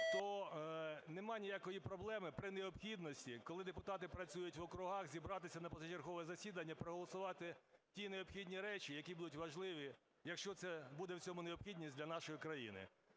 - то немає ніякої проблеми, при необхідності, коли депутати працюють в округах, зібратися на позачергове засідання і проголосувати ті необхідні речі, які будуть важливі, якщо це буде в цьому необхідність для нашої країни.